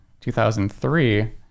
2003